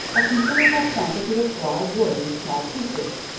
a considerable quantity of dry wood in small pieces.